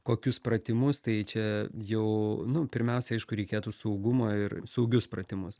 kokius pratimus tai čia jau nu pirmiausia aišku reikėtų saugumo ir saugius pratimus